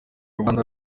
rwanda